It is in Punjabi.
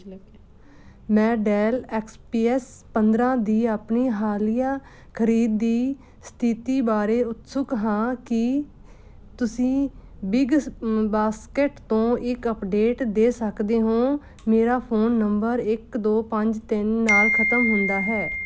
ਮੈਂ ਡੈੱਲ ਐਕਸ ਪੀ ਐੱਸ ਪੰਦਰਾਂ ਦੀ ਆਪਣੀ ਹਾਲੀਆ ਖਰੀਦ ਦੀ ਸਥਿਤੀ ਬਾਰੇ ਉਤਸੁਕ ਹਾਂ ਕੀ ਤੁਸੀਂ ਬਿਗ ਬਾਸਕਟ ਤੋਂ ਇੱਕ ਅੱਪਡੇਟ ਦੇ ਸਕਦੇ ਹੋ ਮੇਰਾ ਫ਼ੋਨ ਨੰਬਰ ਇੱਕ ਦੋ ਪੰਜ ਤਿੰਨ ਨਾਲ ਖਤਮ ਹੁੰਦਾ ਹੈ